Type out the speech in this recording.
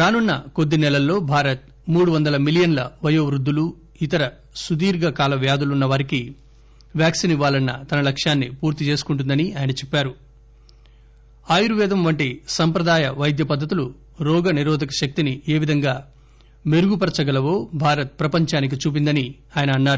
రానున్న కొద్ది సెలల్లో భారత్ మూడు వందల మిలియన్ల వయో వృద్దులు ఇతర సుదీర్ఘ కాల వ్యాధులు ఉన్నవారికి వ్యాక్పిన్ ఇవ్వాలన్న తన లక్ష్యాన్ని పూర్తి చేసుకుంటుందని ఆయన చెప్పారు ఆయుర్వేదం వంటి సంప్రదాయ వైద్య పద్దతులు రోగనిరోధక శక్తిని ఏవిధంగా పెరుగుపరచగలవో భారత్ ప్రపందానికి చూపిందని ఆయన అన్నారు